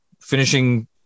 finishing